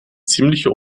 ziemliche